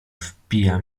wpija